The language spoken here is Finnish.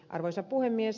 arvoisa puhemies